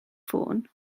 ffôn